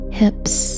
hips